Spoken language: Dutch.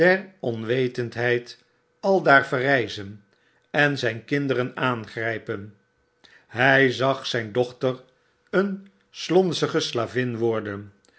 onwetendheid aldaar verrijzen en zyn kinderen aangrijpen hij zag zgn dochter een slonzige slavin worden